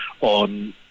on